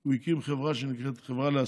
הוא הקים חברה להשכרה,